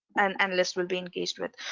an analyst will be engaged with.